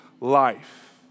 life